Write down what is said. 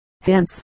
Hence